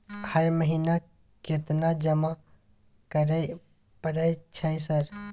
हर महीना केतना जमा करे परय छै सर?